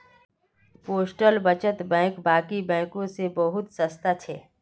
postal बचत bank बाकी बैंकों से बहुत सस्ता छे